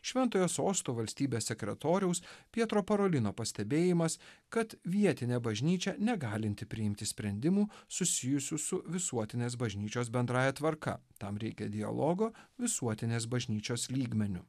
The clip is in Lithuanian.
šventojo sosto valstybės sekretoriaus pietro parolino pastebėjimas kad vietinė bažnyčia negalinti priimti sprendimų susijusių su visuotinės bažnyčios bendrąja tvarka tam reikia dialogo visuotinės bažnyčios lygmeniu